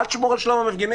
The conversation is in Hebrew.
אל תשמור על שלום המפגינים.